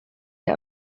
der